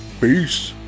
peace